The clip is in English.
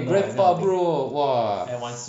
eh grandpa bro !wah!